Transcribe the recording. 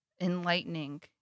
enlightening